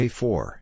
four